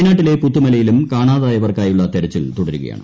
വയനാട്ടിലെ പുത്തുമലയിലും കാണാതായവർക്കായുളള തെരച്ചിൽ തുടരുകയാണ്